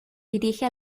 dirige